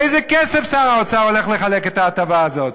מאיזה כסף שר האוצר הולך לחלק את ההטבה הזאת?